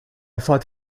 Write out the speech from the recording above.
thought